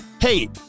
hey